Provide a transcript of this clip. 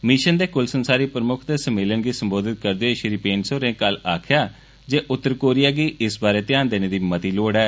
mission दे कुल संसारी प्रमुक्ख दे सम्मेलन गी संबोधित करदे होई श्री पेन्स होरें कल आखेआ जे उत्तर कोरिया गी इस बारै ध्यान देने दी मती लोड़ ऐ